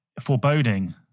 foreboding